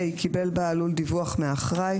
קיבל בעל לול דיווח מהאחראי,